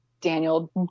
Daniel